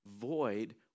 void